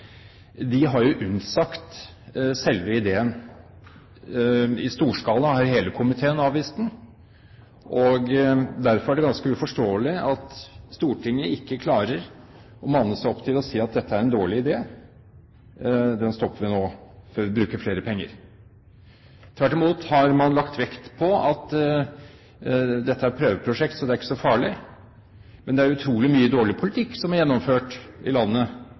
har jo unnsagt selve ideen. I stor skala har hele komiteen avvist den, og derfor er det ganske uforståelig at Stortinget ikke klarer å manne seg opp til å si at dette er en dårlig idé – den stopper vi nå, før vi bruker flere penger. Tvert imot har man lagt vekt på at dette er et prøveprosjekt, så det er ikke så farlig. Men det er utrolig mye dårlig politikk som er gjennomført i landet